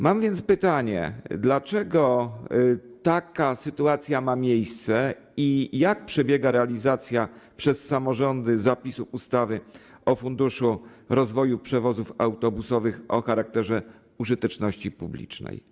Mam więc pytanie: Dlaczego taka sytuacja ma miejsce i jak przebiega realizacja przez samorządy zapisów ustawy o Funduszu rozwoju przewozów autobusowych o charakterze użyteczności publicznej?